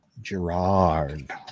Gerard